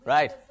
Right